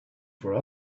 for